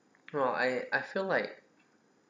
oh I I feel like